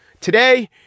today